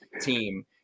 team